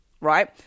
right